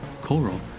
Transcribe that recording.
Coral